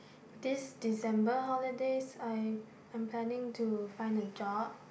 this December holidays I I am planning to find a job